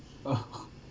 oh